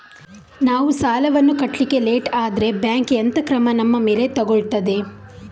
ನಾವು ಸಾಲ ವನ್ನು ಕಟ್ಲಿಕ್ಕೆ ಲೇಟ್ ಆದ್ರೆ ಬ್ಯಾಂಕ್ ಎಂತ ಕ್ರಮ ನಮ್ಮ ಮೇಲೆ ತೆಗೊಳ್ತಾದೆ?